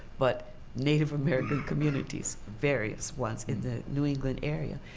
but native american communities, various ones in the new england area.